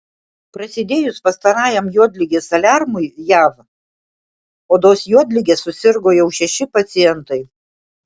prasidėjus pastarajam juodligės aliarmui jav odos juodlige susirgo jau šeši pacientai